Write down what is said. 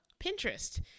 Pinterest